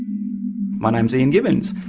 my name is ian gibbins,